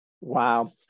Wow